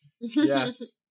yes